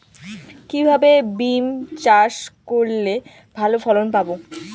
কিভাবে বিম চাষ করলে ভালো ফলন পাব?